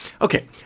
Okay